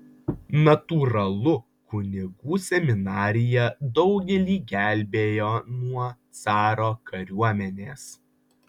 natūralu kunigų seminarija daugelį gelbėjo nuo caro kariuomenės